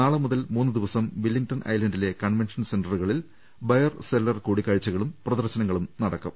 നാളെ മുതൽ മൂന്ന് ദിവസം വില്ലിംഗ്ടൺ ഐലൻഡിലെ കൺവെൻഷൻ സെന്ററുകളിൽ ബയർ സെല്ലർ കൂടിക്കാഴ്ച്ചുകളും പ്രദർശനങ്ങളും നടക്കും